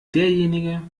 derjenige